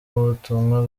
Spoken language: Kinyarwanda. ubutumwa